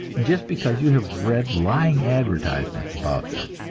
just because you have read lying advertisements about them.